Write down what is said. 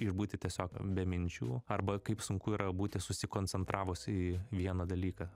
išbūti tiesiog be minčių arba kaip sunku yra būti susikoncentravus į vieną dalyką